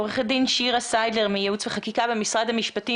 עו"ד שירה סיידלר מייעוץ וחקיקה במשרד המשפטים